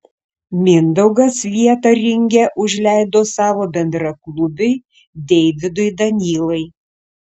mindaugas vietą ringe užleido savo bendraklubiui deividui danylai